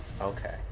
Okay